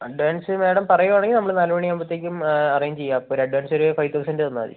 advance madam പറയുവാണെങ്കിൽ നമ്മൾ നാല് മണി ആകുമ്പത്തേക്കും അറേഞ്ച് ചെയ്യാം അപ്പം ഒരു അഡ്വാൻസ് ഒരു ഫൈവ് തൗസൻഡ് തന്നാൽ മതി